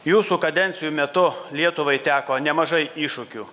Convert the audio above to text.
jūsų kadencijų metu lietuvai teko nemažai iššūkių